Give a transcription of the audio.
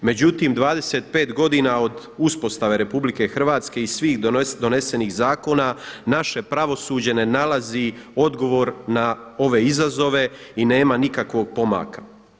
Međutim 25 godina od uspostave RH i svih donesenih zakona naše pravosuđe ne nalazi odgovor na ove izazove i nema nikakvog pomaka.